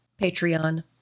Patreon